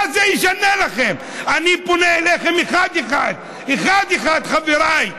אני פונה אליכם אחד-אחד, חבריי,